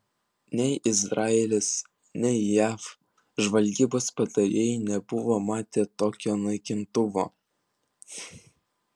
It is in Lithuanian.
nei izraelis nei jav žvalgybos patarėjai nebuvo matę tokio naikintuvo